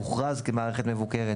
הוכרז כמערכת מבוקרת,